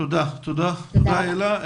תודה אלה.